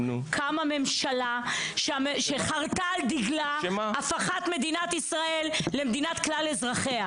קמה ממשלה שחרטה על דגלה הפיכת מדינת ישראל למדינת כלל אזרחיה.